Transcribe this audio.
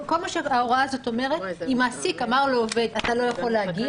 כל מה שההוראה הזאת אומרת: אם מעסיק אמר לעובד: אז העובד לא יכול להגיע.